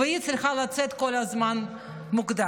והיא צריכה לצאת כל הזמן מוקדם,